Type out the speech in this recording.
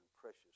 precious